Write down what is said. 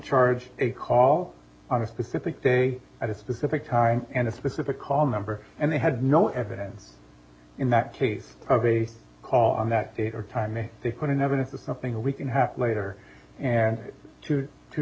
charge a call on a specific day at a specific time and a specific call number and they had no evidence in that case of a call on that date or time ie they put in evidence of something a week and a half later and two